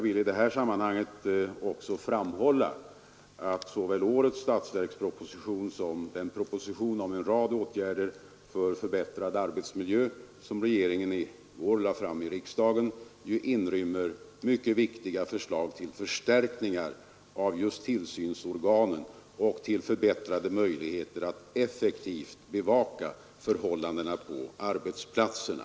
I detta sammanhang vill jag också tillägga att såväl årets statsverksproposition som den proposition om en rad åtgärder för förbättrad arbetsmiljö som regeringen i går lade fram i riksdagen ju inrymmer mycket viktiga förslag till förstärkningar av tillsynsorganen och till förbättrade möjligheter att effektivt bevaka förhållandena på arbetsplatserna.